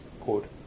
quote